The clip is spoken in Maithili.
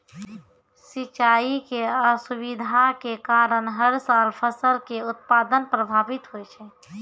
सिंचाई के असुविधा के कारण हर साल फसल के उत्पादन प्रभावित होय छै